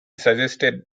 suggested